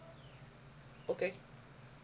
okay